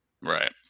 Right